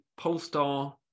Polestar